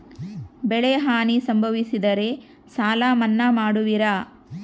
ಬೆಳೆಹಾನಿ ಸಂಭವಿಸಿದರೆ ಸಾಲ ಮನ್ನಾ ಮಾಡುವಿರ?